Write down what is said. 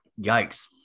Yikes